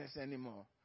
anymore